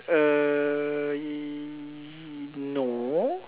err y~ no